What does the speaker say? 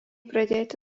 pradėti